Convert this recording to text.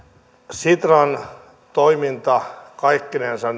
sitran toiminta kaikkinensa